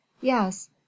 Yes